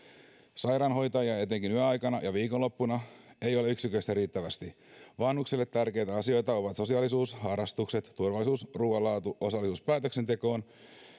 sairaanhoitajia etenkin yöaikana ja viikonloppuna ei yksinkertaisesti ole riittävästi vanhuksille tärkeitä asioita ovat sosiaalisuus harrastukset turvallisuus ruuan laatu osallisuus päätöksentekoon